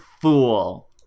fool